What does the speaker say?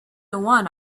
one